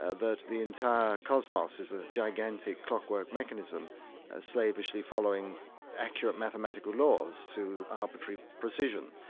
ah that the entire cosmos is a gigantic clockwork mechanism ah slavishly following accurate mathematical laws to arbitrary precision.